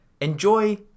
enjoy